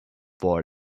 for